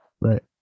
right